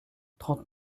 trente